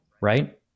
right